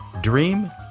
Dream